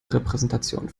repräsentation